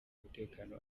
umutekano